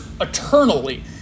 eternally